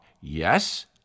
Yes